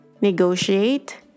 negotiate